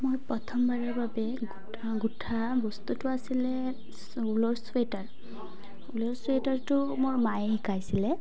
মই প্ৰথমবাৰৰ বাবে গো গোঠা বস্তুটো আছিলে ঊলৰ চুৱেটাৰ ঊলৰ চুৱেটাৰটো মোৰ মায়ে শিকাইছিলে